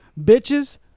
Bitches